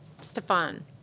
Stefan